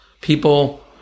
People